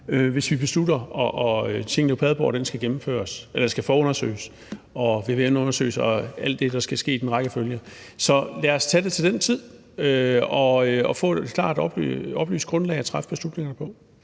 skal forundersøges, vvm-undersøges og alt det, der skal ske i den rækkefølge, så lad os tage det til den tid, så vi har et klart og oplyst grundlag at træffe beslutningerne på.